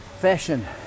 Fashion